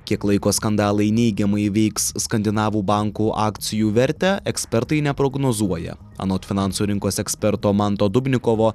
kiek laiko skandalai neigiamai veiks skandinavų bankų akcijų vertę ekspertai neprognozuoja anot finansų rinkos eksperto manto dubnikovo